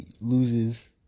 loses